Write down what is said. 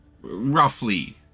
Roughly